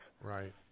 Right